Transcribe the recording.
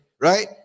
Right